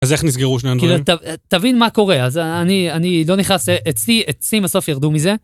אז איך נסגרו שני דברים? כאילו, תבין מה קורה, אז אני לא נכנס... אצלי, אצלי, בסוף ירדו מזה.